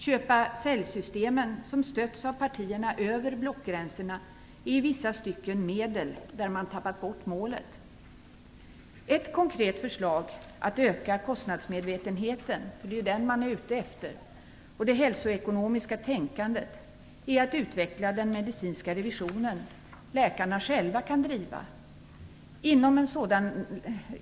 Köp-sälj-systemen, som stötts av partierna över blockgränserna, är i vissa stycken medel där man har tappat bort målet. Ett konkret förslag för att öka kostnadsmedvetenheten - det är ju den som man är ute efter - och det hälsoekonomiska tänkandet är att utveckla den medicinska revision som läkarna själva kan driva.